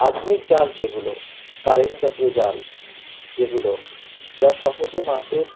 আধুনিক জাল যেগুলো কারেন্ট জাতীয় জাল যেগুলো যা সহজে মাছের